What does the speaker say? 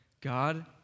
God